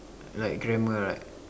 like grammar right